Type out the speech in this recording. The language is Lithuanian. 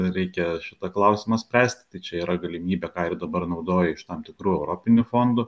reikia šitą klausimą spręst tai čia yra galimybė ką ir dabar naudoja iš tam tikrų europinių fondų